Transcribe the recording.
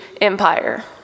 empire